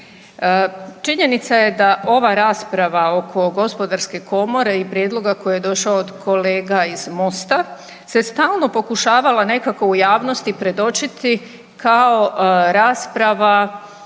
Činjenica je da ova rasprava oko gospodarske komore i prijedloga koji je došao od kolega iz MOST-a se stalno pokušavala nekako u javnosti predočiti kao rasprava